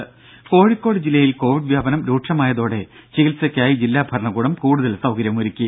രും കോഴിക്കോട് ജില്ലയിൽ കോവിഡ് വ്യാപനം രൂക്ഷമായതോടെ ചികിത്സയ്ക്കായി ജില്ലാ ഭരണകൂടം കൂടുതൽ സൌകര്യമൊരുക്കി